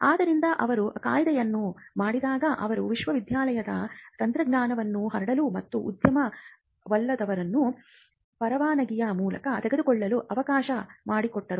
ಆದ್ದರಿಂದ ಅವರು ಕಾಯ್ದೆಯನ್ನು ಮಾಡಿದಾಗ ಅವರು ವಿಶ್ವವಿದ್ಯಾಲಯದ ತಂತ್ರಜ್ಞಾನವನ್ನು ಹರಡಲು ಮತ್ತು ಉದ್ಯಮ ವಲಯದವರು ಅದನ್ನು ಪರವಾನಿಗೆಯ ಮೂಲಕ ತೆಗೆದುಕೊಳ್ಳಲು ಅವಕಾಶ ಮಾಡಿಕೊಟ್ಟರು